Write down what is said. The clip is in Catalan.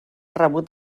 rebut